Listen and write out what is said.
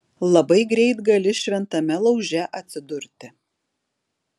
labai greit gali šventame lauže atsidurti